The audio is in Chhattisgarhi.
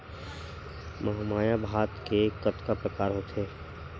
महमाया भात के कतका प्रकार होथे?